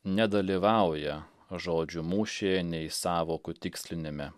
nedalyvauja žodžių mūšyje nei sąvokų tikslinime